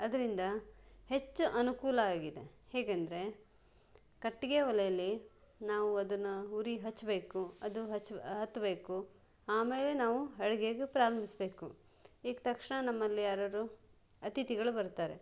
ಅದರಿಂದ ಹೆಚ್ಚು ಅನುಕೂಲವಾಗಿದೆ ಹೇಗಂದರೆ ಕಟ್ಟಿಗೆ ಒಲೇಯಲಿ ನಾವು ಅದನ್ನು ಉರಿ ಹಚ್ಚಬೇಕು ಅದು ಹಚ್ಚು ಹತ್ತಬೇಕು ಆಮೇಲೆ ನಾವು ಅಡ್ಗೆಗೆ ಪ್ರಾರಂಭಿಸಬೇಕು ಈಗ ತಕ್ಷಣ ನಮ್ಮಲ್ಲಿ ಯಾರಾದ್ರೂ ಅತಿಥಿಗಳು ಬರ್ತಾರೆ